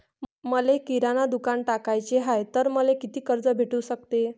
मले किराणा दुकानात टाकाचे हाय तर मले कितीक कर्ज भेटू सकते?